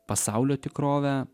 pasaulio tikrovę